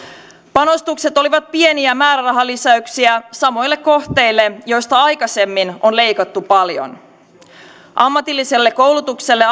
panostukset olivat pieniä määrärahalisäyksiä samoille kohteille joista aikaisemmin on leikattu paljon ammatilliselle koulutukselle